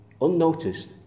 Unnoticed